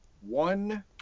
One